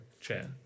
chair